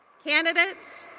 candidates